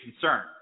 concern